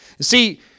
See